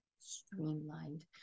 Streamlined